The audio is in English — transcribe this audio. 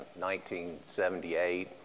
1978